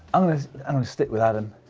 i'm gonna stick with adam.